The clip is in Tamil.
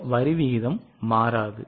இந்த வரி விகிதம் மாறாது